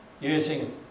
using